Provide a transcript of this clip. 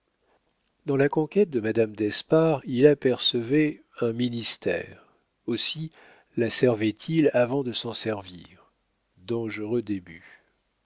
dans la conquête de madame d'espard il apercevait un ministère aussi la servait-il avant de s'en servir dangereux